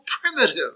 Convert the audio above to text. primitive